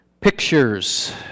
pictures